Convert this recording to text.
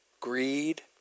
greed